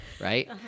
Right